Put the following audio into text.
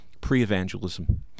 pre-evangelism